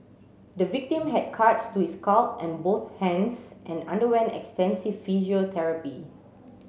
the victim had cuts to his scalp and both hands and underwent extensive physiotherapy